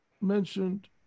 mentioned